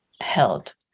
held